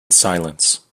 silence